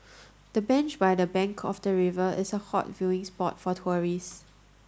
the bench by the bank of the river is a hot viewing spot for tourists